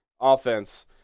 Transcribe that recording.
offense